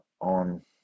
on